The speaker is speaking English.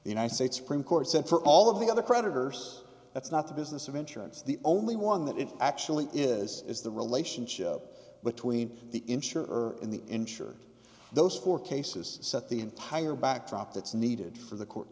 united states supreme court sent for all of the other creditors that's not the business of insurance the only one that it actually is is the relationship between the insurer in the insured those four cases set the entire backdrop that's needed for the court